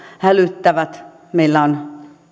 hälyttävät meillä on